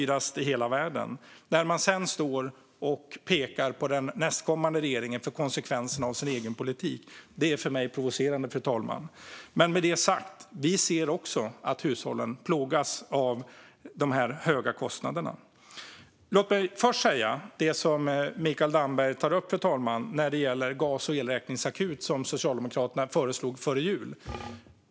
Då är det provocerande för mig när man sedan står här och pekar på den nästkommande regeringen för konsekvenserna av den egna politiken, fru talman. Med det sagt ser även vi att hushållen plågas av de höga kostnaderna. Låt mig därför först kommentera det som Mikael Damberg tar upp när det gäller den gas och elräkningsakut som Socialdemokraterna föreslog före jul, fru talman.